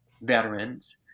veterans